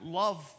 love